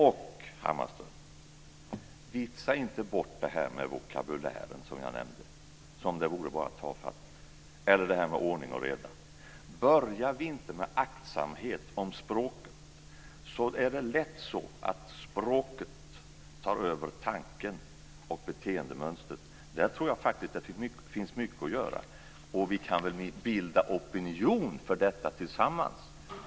Och Hammarström: Vitsa inte bort det här med vokabulären, som jag nämnde, som om det bara vore tafatt, eller det här med ordning och reda. Börjar vi inte med aktsamhet om språket blir det lätt så att språket tar över tanken och beteendemönstren. Här tror jag att det finns mycket att göra. Vi kan väl bilda opinion för detta tillsammans.